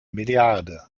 milliarde